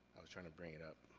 i was trying to bring it up.